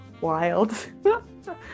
wild